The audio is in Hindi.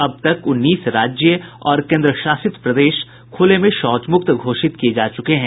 अब तक उन्नीस राज्य और केन्द्रशासित प्रदेश खुले में शौचमुक्त घोषित किए जा चुके हैं